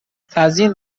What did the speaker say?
تزیین